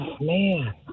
man